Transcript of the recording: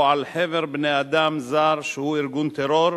או על חבר בני-אדם זר שהוא ארגון טרור,